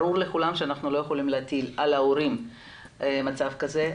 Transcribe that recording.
ברור לכולם שאנחנו לא יכולים להטיל על ההורים מצב כזה.